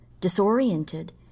Disoriented